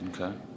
Okay